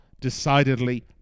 decidedly